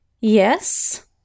Yes